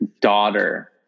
daughter